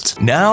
Now